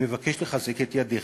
אני מבקש לחזק את ידיך.